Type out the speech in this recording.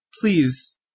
Please